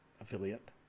affiliate